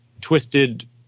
twisted